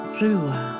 rua